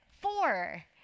Four